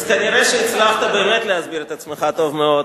אז כנראה הצלחת באמת להסביר את עצמך טוב מאוד,